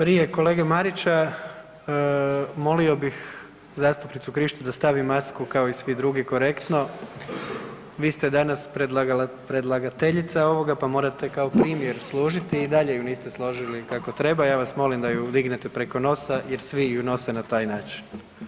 Prije kolege Marića molio bih zastupnicu Krišto da stavi masku kao i svi drugi korektno, Vi ste danas predlagateljica ovoga, pa morate kao primjer služiti i dalje ju niste složili kako treba, ja vas molim da ju dignete preko nosa jer svi ju nose na taj način.